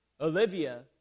Olivia